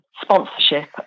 sponsorship